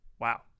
Wow